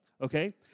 okay